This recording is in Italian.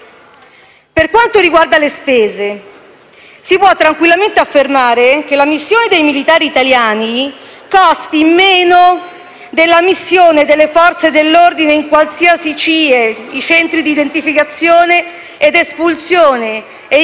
Per quanto riguarda le spese, si può tranquillamente affermare che la missione dei militari italiani costi meno della missione delle Forze dell'ordine in un qualsiasi centro di identificazione ed espulsione (CIE)